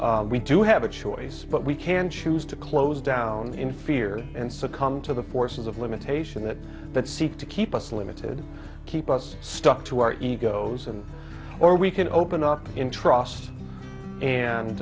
we do have a choice but we can choose to close down in fear and succumb to the forces of limitation that that seek to keep us limited keep us stuck to our egos and or we can open up in trusts and